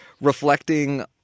reflecting